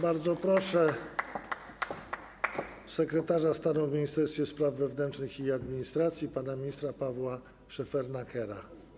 Bardzo proszę sekretarza stanu w Ministerstwie Spraw Wewnętrznych i Administracji pana ministra Pawła Szefernakera.